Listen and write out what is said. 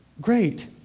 Great